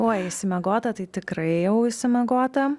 oi išsimiegota tai tikrai jau išsimiegota